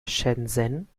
shenzhen